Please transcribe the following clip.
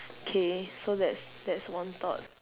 okay so that's that's one thought